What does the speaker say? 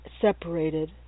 separated